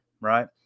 right